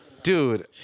Dude